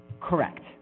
Correct